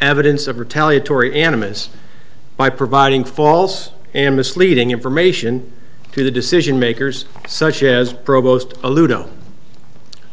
evidence of retaliatory animus by providing false and misleading information to the decision makers such as provost